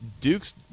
Duke's